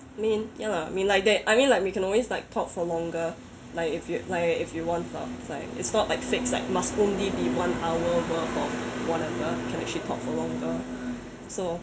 I mean ya lah mean like that I mean like we can always like talk for longer like if you want lah it's not like fixed like must only be one hour worth of can actually talk for longer so